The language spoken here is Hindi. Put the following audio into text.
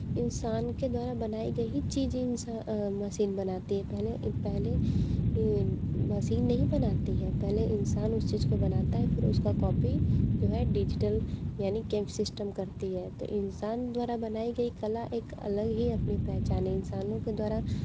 इंसान के द्वारा बनाई गई चीज़ इंसा मसीन बनाती है पहले पहले ये मसीन नहीं बनाती है पहले इंसान उस चीज़ को बनाता है फिर उसक कॉपी जो है डिजिटल यानी के सिस्टम करती है तो इंसान द्वारा बनाई कला एक अलग ही अपनी पहचान है इंसानों के द्वारा